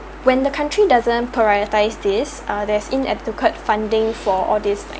when the country doesn't prioritise this uh there's inadequate funding for all these